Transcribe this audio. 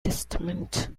testament